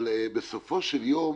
אבל בסופו של יום